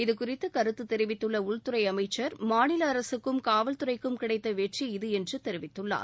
இதுகுறித்து கருத்து தெரிவித்துள்ள உள்துறை அமைச்சர் மாநில அரசுக்கும் காவல்துறைக்கும் கிடைத்த வெற்றி இது என்று தெரிவித்துள்ளார்